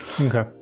Okay